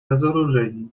разоружению